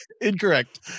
Incorrect